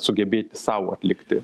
sugebėti sau atlikti